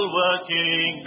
working